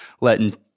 letting